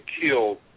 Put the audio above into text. killed